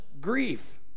grief